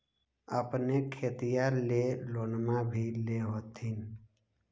अपने खेतिया ले लोनमा भी ले होत्थिन?